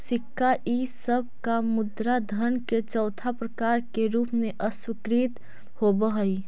सिक्का इ सब मुद्रा धन के चौथा प्रकार के रूप में स्वीकृत होवऽ हई